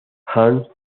hans